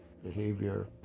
behavior